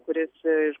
kuris iš